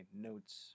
notes